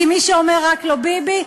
כי מישהו אומר "רק לא ביבי"?